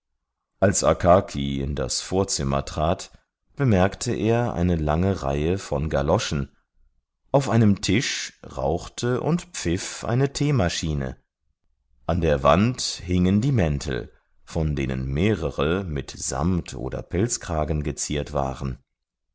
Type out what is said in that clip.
als akaki in das vorzimmer trat bemerkte er eine lange reihe von galoschen auf einem tisch rauchte und pfiff eine teemaschine an der wand hingen die mäntel von denen mehrere mit samt oder pelzkragen geziert waren